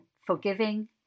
forgiving